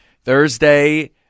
Thursday